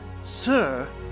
sir